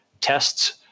tests